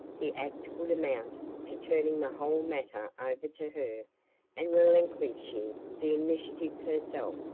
the act would amount to turning the whole matter over to her and relinquishing the initiative herself,